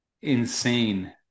insane